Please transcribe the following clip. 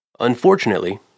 Unfortunately